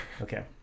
Okay